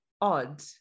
odd